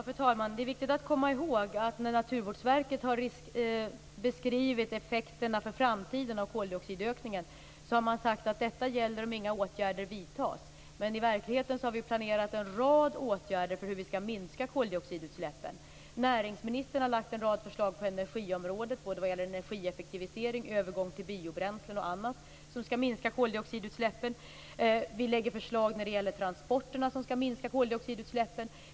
Fru talman! Det är viktigt att komma ihåg att när Naturvårdsverket har beskrivit effekterna för framtiden av koldioxidökningen, har man sagt att detta gäller om inga åtgärder vidtas. Men i verkligheten har vi planerat en rad åtgärder för att minska koldioxidutsläppen. Näringsministern har lagt fram en rad förslag på energiområdet. Det gäller energieffektivisering, övergång till biobränslen och annat som skall minska koldioxidutsläppen. Vi lägger fram förslag som skall minska koldioxidsutsläppen när det gäller transporterna.